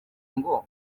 ngo